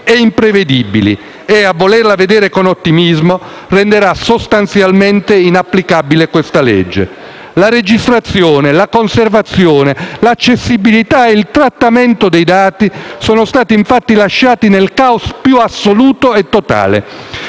e imprevedibili e, a volerla vedere con ottimismo, renderà sostanzialmente inapplicabile questa legge. La registrazione, la conservazione, l'accessibilità e il trattamento dei dati sono stati infatti lasciati nel *caos* più assoluto e totale.